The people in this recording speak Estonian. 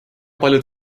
paljud